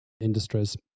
industries